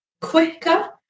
quicker